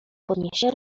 podniesie